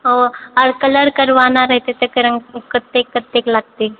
ओ आर कलर करवाना रहितै तकरामे कतेक कतेक लगतै